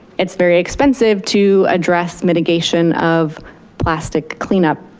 it's very expensive to address mitigation of plastic clean up.